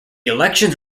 elections